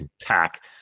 pack